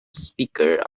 speaker